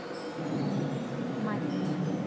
ᱢᱟᱹᱨᱤᱪ